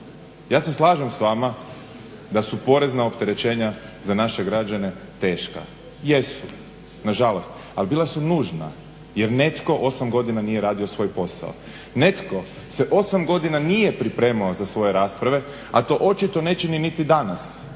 Ja se slažem s vama da su porezna opterećenja za naše građane teška. Jesu na žalost, ali bila su nužna jer netko osam godina nije radio svoj posao. Netko se osam godina nije pripremao za svoje rasprave, a to očito ne čini niti danas